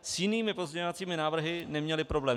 S jinými pozměňovacími návrhy jsme neměli problém.